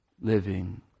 living